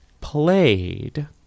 played